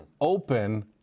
open